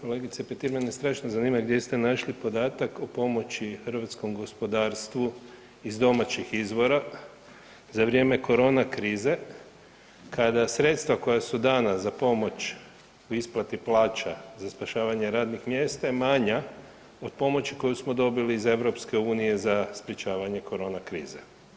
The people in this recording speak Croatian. kolegice Petir, mene strašno zanima gdje ste našli podatak o pomoći hrvatskom gospodarstvu iz domaćih izvora za vrijeme korona krize kada sredstva koja su dana za pomoć u isplati plaća za spašavanje radnih mjesta je manja od pomoći koju smo dobili iz EU za sprječavanje korona krize.